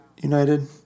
United